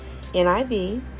NIV